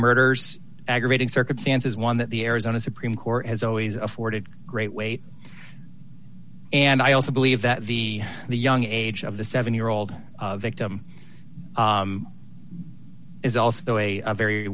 murders aggravating circumstances one that the arizona supreme court has always afforded great weight and i also believe that the young age of the seven year old victim it's also a very